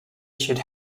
should